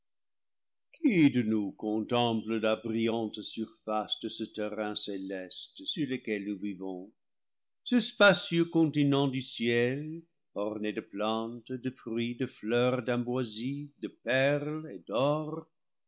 contemple la brillante surface de ce terrain céleste sur lequel nous vivons ce spacieux continent du ciel orné de plante de fruit de fleur d'ambroisie de perles et d'or